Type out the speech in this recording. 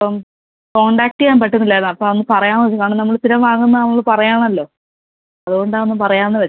അപ്പം കോൺടാക്ട് ചെയ്യാൻ പറ്റുന്നില്ലായിരുന്നു അപ്പം ഒന്ന് പറയാം കാരണം നമ്മൾ സ്ഥിരം വാങ്ങുന്നത് പറയണമല്ലോ അതുകൊണ്ടാണ് ഒന്ന് പറയാമൃന്ന് വച്ചത്